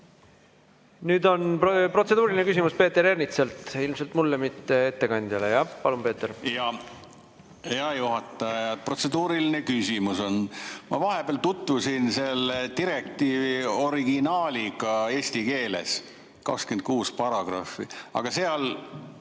nüüd on protseduuriline küsimus Peeter Ernitsalt, ilmselt mulle, mitte ettekandjale. Palun, Peeter! Hea juhataja! Protseduuriline küsimus on. Ma vahepeal tutvusin selle direktiivi originaaliga eesti keeles, 26 paragrahvi, aga seal